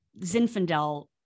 Zinfandel